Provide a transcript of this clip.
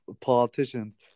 politicians